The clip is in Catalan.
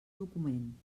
document